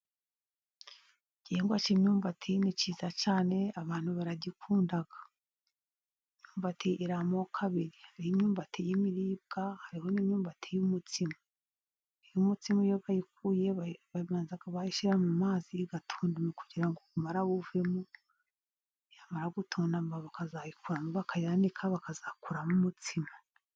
Igihingwa cy'imyumbati ni cyiza cyane. Abantu baragikunda. Imyumbati, iri amoko abiri . Hari imyumbati y'imiribwa hari n'imyumbati y'umutsima. Imyumbati y'imiribwa, barabanza bakayishyira mu mazi, kugira ngo ubumara buvemo. yamara gutundama, bakayanika bakazakuramo umutsima .